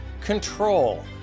Control